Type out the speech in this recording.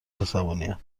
عصبانیت